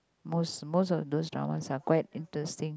most most of those dramas are quite interesting